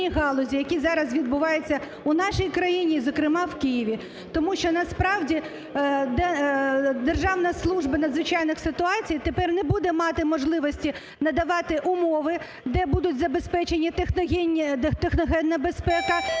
Державна служба надзвичайних ситуацій тепер не буде мати можливості надавати умови де будуть забезпечені техногенна безпека